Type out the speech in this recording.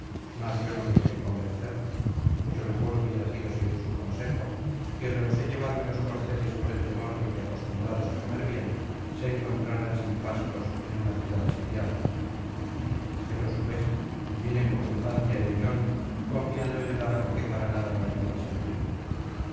mas yo no me dejé convencer mucho mejor hubiera sido seguir su consejo y rehusé llevarme los corceles por el temor de que acostumbrados á comer bien se encontraran sin pastos en una ciudad sitiada déjelos pues y vine como infante á ilion confiando en el arco que para nada me había de servir